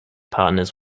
partners